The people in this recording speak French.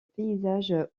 paysage